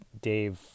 Dave